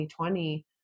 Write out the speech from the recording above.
2020